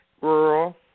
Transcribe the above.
rural